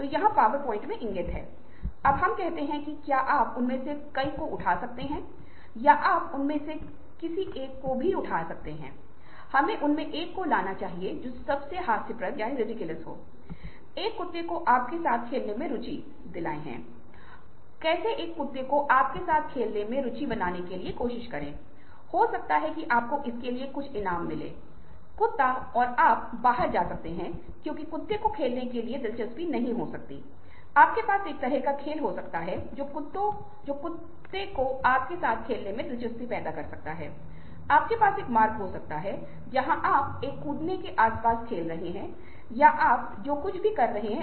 आप जीवन में जानते हैं अगर हम छोटी छोटी बातों को भी टाल सकते हैं भले ही हमें पसंद हो या न पसंद हो इससे कोई फर्क नहीं पड़ता कि क्या यह हमारे व्यक्तित्व पर हमारे जीवन पर प्रतिकूल प्रभाव डालने वाला नहीं है तो अनावश्यक रूप से छोटे मुद्दों पर इतना महत्व रखने की कोई आवश्यकता नहीं है हम इन्हे टाल सकते हैं उदाहरण के लिए कभी कभी आप छोटी छोटी बातों को जानते हैं जैसे लोग नमस्कार या हाथ मिलाते नहीं हैं या अच्छे मूड में नहीं होते हैं और सिर्फ कुछ ऐसा कहते हैं जो हम पसंद नहीं कर सकते हैं